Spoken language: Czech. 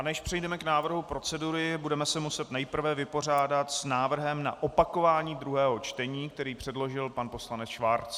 Než přijdeme k návrhu procedury, budeme se muset nejprve vypořádat s návrhem na opakování druhého čtení, který předložil pan poslanec Schwarz.